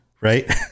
Right